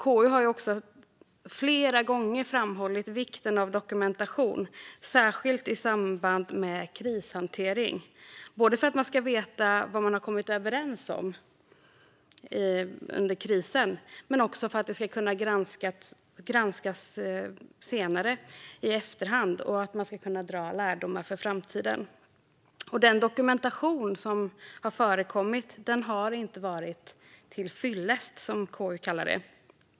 KU har flera gånger framhållit vikten av dokumentation, särskilt i samband med krishantering, både för att man ska veta vad man kommit överens om under krisen och för att man ska kunna granska det i efterhand och dra lärdomar för framtiden. Den dokumentation som förekom har inte varit till fyllest, som KU kallar det.